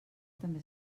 també